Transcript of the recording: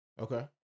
okay